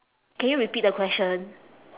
can you repeat the question